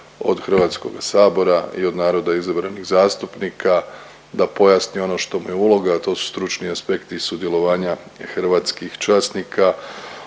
od koga, od HS-a i od naroda izabranih zastupnika da pojasni ono što mu je uloga, a to su stručni aspekti sudjelovanja hrvatskih časnika